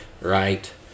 right